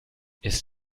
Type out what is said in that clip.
ist